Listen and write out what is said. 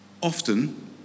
often